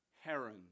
heron